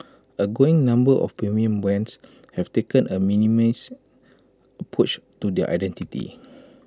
A growing number of premium brands have taken A minimalist approach to their identity